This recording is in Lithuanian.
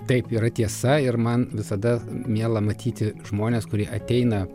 taip yra tiesa ir man visada miela matyti žmones kurie ateina